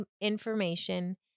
information